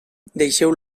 deixeu